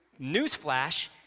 newsflash